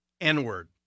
N-word